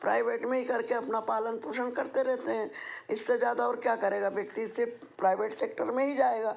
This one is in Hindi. प्राइवेट में ही करके अपना पालन पोषण करते रहते हैं इससे ज़्यादा और क्या करेगा व्यक्ति सिर्फ प्राइवेट सेक्टर में ही जाएगा